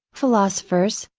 philosophers,